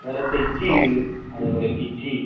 വേറെ തെച്ചിയുണ്ട് അതേപോലെ പിച്ചി